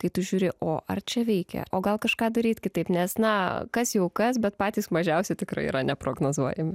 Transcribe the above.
tai tu žiūri o ar čia veikia o gal kažką daryt kitaip nes na kas jau kas bet patys mažiausi tikrai yra neprognozuojami